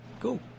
Cool